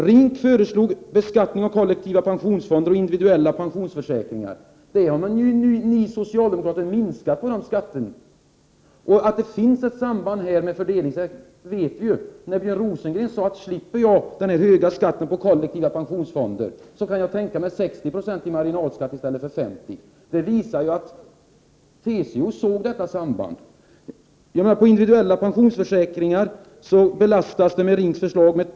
RINK föreslog beskattning av kollektiva pensionsfonder och individuella pensionsförsäkringar, medan ni socialdemokrater vill minska dessa skatter. Vi vet ju att det finns ett samband med de fördelningspolitiska effekterna. Rosengren sade att om vi slipper den höga skatten på kollektiva pensionsfonder, kan han tänka sig 60 90 marginalskatt i stället för 50 20. Detta visar att TCO såg detta samband. Enligt LO innebär RINK:s förslag att alla individuella pensionsförsäkringar belastas med drygt 2000 kr.